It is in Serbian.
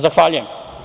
Zahvaljujem.